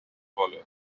wolle